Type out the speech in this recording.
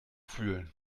fühlen